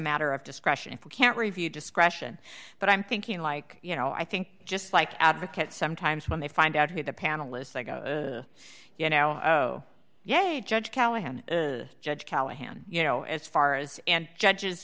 matter of discretion if you can't review discretion but i'm thinking like you know i think just like advocates sometimes when they find out who the panelists they go yeah yeah judge callahan judge callahan you know as far as and judges